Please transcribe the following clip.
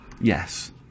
Yes